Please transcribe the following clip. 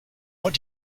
what